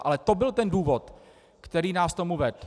Ale to byl ten důvod, který nás k tomu vedl.